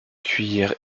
cuir